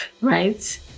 right